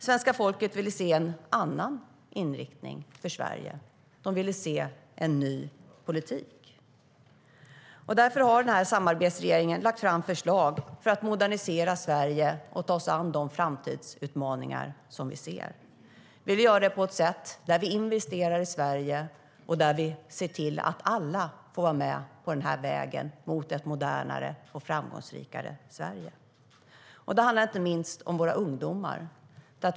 Svenska folket ville se en annan inriktning för Sverige, en ny politik. Det handlar inte minst om våra ungdomar.